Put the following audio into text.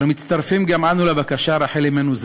מצטרפים גם אנו לבקשה: רחל אמנו,